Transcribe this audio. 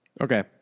Okay